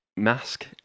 mask